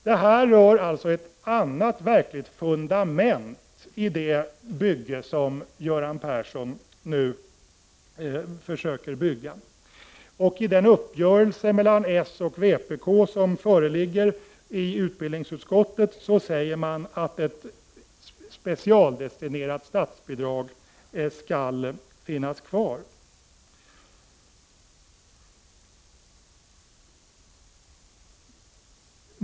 Det här rör alltså ett annat verkligt fundament i det bygge som Göran Persson nu försöker bygga. Och i den uppgörelse mellan socialdemokraterna och vpk som föreligger i utbildningsutskottet sägs det att ett specialdestinerat statsbidrag skall finnas kvar.